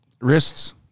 wrists